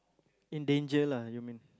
in danger lah you mean